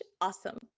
Awesome